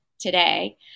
today